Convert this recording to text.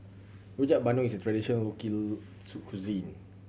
Rojak Bandung is a traditional cuisine